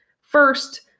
First